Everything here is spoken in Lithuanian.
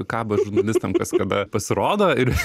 kabo žurnalistam kas kada pasirodo ir